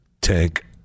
tank